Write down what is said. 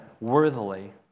worthily